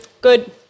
Good